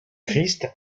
christ